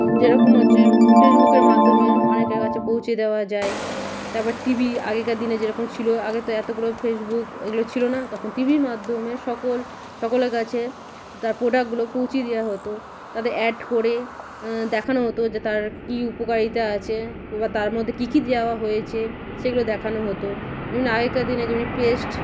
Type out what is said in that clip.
যেরকম হচ্ছে ফেসবুকের মাধ্যমে অনেকের কাছে পৌঁছে দেওয়া যায় তারপর টিভি আগেকার দিনে যেরকম ছিলো আগে তো এতোগুলো ফেসবুক এগুলো ছিলো না তখন টিভির মাধ্যমে সকল সকলের কাছে তার প্রডাক্টগুলো পৌঁছিয়ে দেওয়া হতো তাতে অ্যাড করে দেখানো হতো যা তার কী উপকারিতা আছে এবা তার মধ্যে কী কী দেওয়া হয়েছে সেগুলো দেখানো হতো যেমনি আগেকার দিনে যেমনি পেস্ট